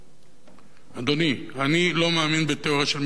אדוני, אני לא מאמין בתיאוריה של מדינות משוגעות.